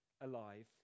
alive